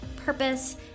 purpose